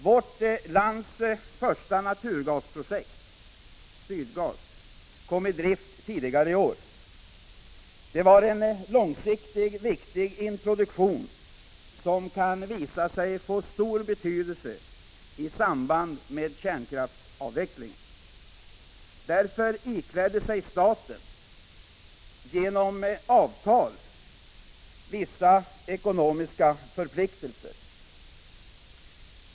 Vårt lands första naturgasprojekt — Sydgas — kom i drift tidigare i år. Det var en långsiktigt viktig introduktion, som kan visa sig få stor betydelse i samband med kärnkraftsavvecklingen. Därför ikläder sig staten genom avtal vissa ekonomiska förpliktelser.